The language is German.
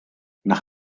nach